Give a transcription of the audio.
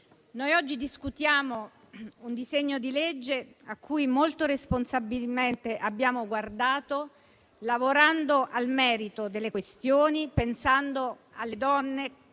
noi oggi discutiamo un disegno di legge a cui molto responsabilmente abbiamo guardato, lavorando sul merito delle questioni, pensando alle donne